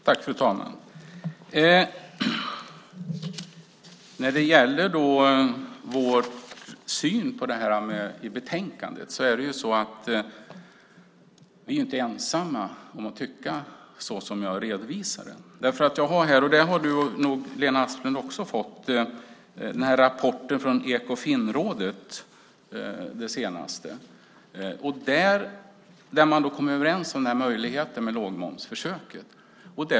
Fru talman! När det gäller vår syn på betänkandet är vi ju inte ensamma om att tycka så som jag redovisade. Jag har här den senaste rapporten från Ekofinrådet. Den har du nog också fått, Lena Asplund. Där kom man överens om möjligheten till lågmomsförsök.